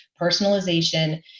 personalization